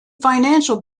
financial